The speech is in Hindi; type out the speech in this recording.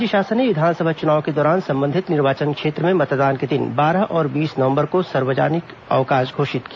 राज्य शासन ने विधानसभा चुनाव के दौरान संबंधित निर्वाचन क्षेत्र में मतदान के दिन बारह और बीस नवंबर को सार्वजनिक अवकाश घोषित किया